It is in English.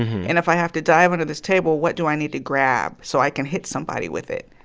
and if i have to dive under this table, what do i need to grab so i can hit somebody with it?